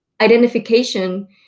identification